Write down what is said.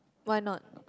why not